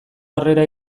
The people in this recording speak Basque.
harrera